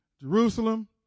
Jerusalem